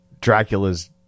Dracula's